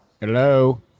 Hello